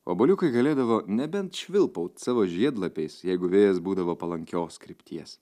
obuoliukai galėdavo nebent švilpaut savo žiedlapiais jeigu vėjas būdavo palankios krypties